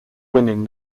winning